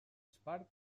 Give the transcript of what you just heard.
espart